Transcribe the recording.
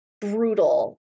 brutal